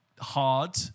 hard